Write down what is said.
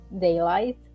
Daylight